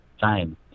time